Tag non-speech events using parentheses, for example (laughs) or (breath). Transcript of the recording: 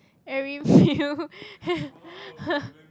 every (breath) meal (laughs)